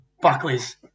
Buckley's